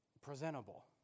presentable